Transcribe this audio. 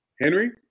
Henry